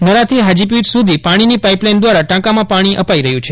નરાથી ફાજીપીર સુધી પાણીની પાઇપલાઇન દ્વારા ટાંકામાં પાણી અપાઇ રહ્યું છે